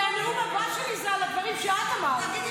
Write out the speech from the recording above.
כי הנאום הבא שלי הוא על הדברים שאת אמרת.